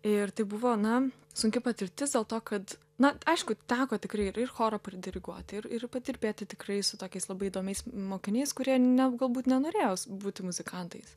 ir tai buvo na sunki patirtis dėl to kad na aišku teko tikrai ir ir chorą pridiriguoti ir ir padirbėti tikrai su tokiais labai įdomiais mokiniais kurie ne galbūt nenorėjo būti muzikantais